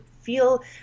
feel